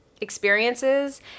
experiences